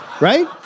Right